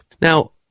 Now